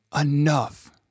enough